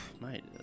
mate